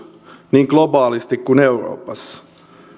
niin globaalisti kuin euroopassakin